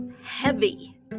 heavy